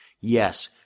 Yes